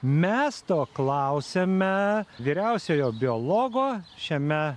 mes to klausiame vyriausiojo biologo šiame